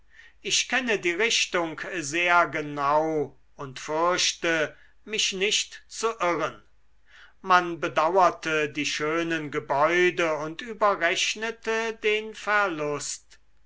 ich kenne die richtung sehr genau und fürchte mich nicht zu irren man bedauerte die schönen gebäude und überrechnete den verlust